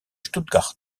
stuttgart